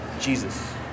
Jesus